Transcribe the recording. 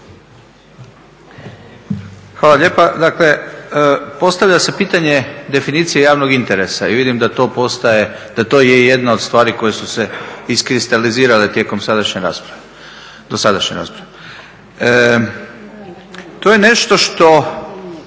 Hvala lijepa. Dakle postavlja se pitanje definicije javnog interesa i vidim da je to jedna od stvari koje su se iskristalizirale tijekom dosadašnje rasprave. To je nešto što